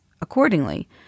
accordingly